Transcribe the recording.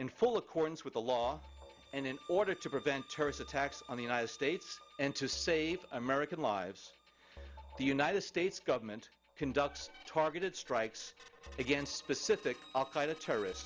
in full accordance with the law and in order to prevent terrorist attacks on the united states and to save american lives the united states government conducts targeted strikes against specific al qaeda terrorists